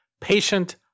patient